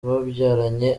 babyaranye